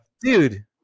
Dude